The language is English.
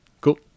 Cool